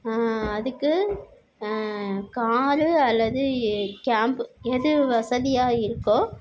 அதுக்கு கார் அல்லது கேம்ப் எது வசதியாக இருக்கோ